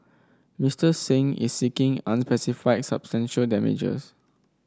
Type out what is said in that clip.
Mister Singh is seeking unspecified substantial damages